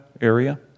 area